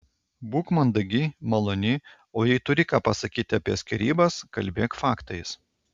būk mandagi maloni o jei turi ką pasakyti apie skyrybas kalbėk faktais